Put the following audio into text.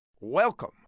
Welcome